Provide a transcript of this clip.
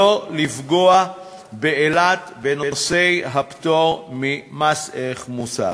לא לפגוע באילת בנושא הפטור ממס ערך מוסף.